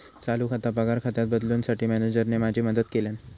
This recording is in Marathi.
चालू खाता पगार खात्यात बदलूंसाठी मॅनेजरने माझी मदत केल्यानं